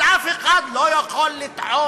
אבל אף אחד לא יכול לטעון,